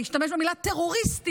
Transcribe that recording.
להשתמש במילה "טרוריסטים",